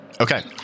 Okay